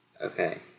Okay